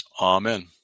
Amen